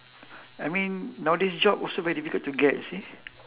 I mean nowadays job also very difficult to get you see